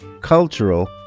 cultural